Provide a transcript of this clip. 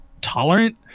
tolerant